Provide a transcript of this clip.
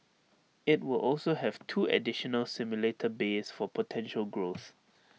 IT will also have two additional simulator bays for potential growth